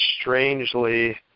strangely